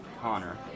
Connor